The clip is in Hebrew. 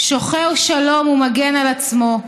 שוחר שלום ומגן על עצמו,